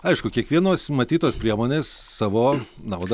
aišku kiekvienos numatytos priemonės savo naudą